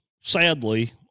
sadly